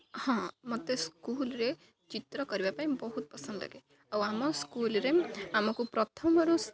ହଁ ମୋତେ ସ୍କୁଲ୍ରେ ଚିତ୍ର କରିବା ପାଇଁ ବହୁତ ପସନ୍ଦ ଲାଗେ ଆଉ ଆମ ସ୍କୁଲ୍ରେ ଆମକୁ ପ୍ରଥମରୁ